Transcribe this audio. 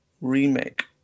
remake